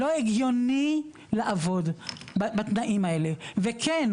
לא הגיוני לעבוד בתנאים האלה וכן,